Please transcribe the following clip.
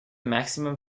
maximum